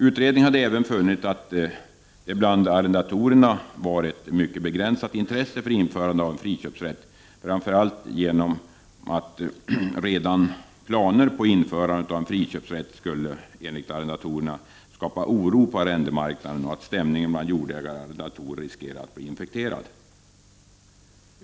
Utredningen hade även funnit att det var ett bland arrendatorerna mycket begränsat intresse för införande av en friköpsrätt, framför allt genom att redan planer på införande av en friköpsrätt skulle skapa oro på arrendemarknaden och att stämningen mellan jordägare och arrendatorer riskerade att bli infekterad.